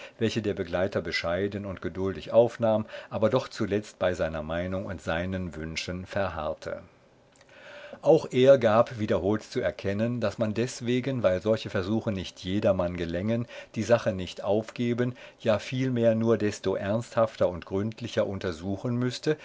welche der begleiter bescheiden und geduldig aufnahm aber doch zuletzt bei seiner meinung bei seinen wünschen verharrte auch er gab wiederholt zu erkennen daß man deswegen weil solche versuche nicht jedermann gelängen die sache nicht aufgeben ja vielmehr nur desto ernsthafter und gründlicher untersuchen müßte